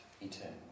eternal